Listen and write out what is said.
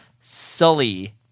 Sully